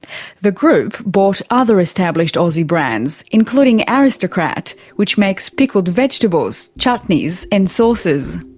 the group bought other established aussie brands, including aristocrat which makes pickled vegetables, chutneys, and sauces.